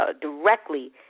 directly